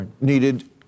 needed